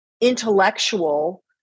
intellectual